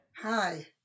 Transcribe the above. Hi